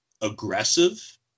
aggressive